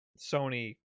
Sony